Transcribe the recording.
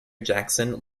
jackson